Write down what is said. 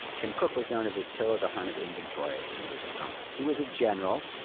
tim cook was known as attila the hun of inventory when he was at compaq. he was a general.